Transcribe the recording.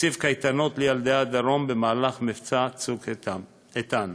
תקציב קייטנות לילדי הדרום במהלך מבצע "צוק איתן".